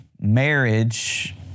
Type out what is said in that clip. marriage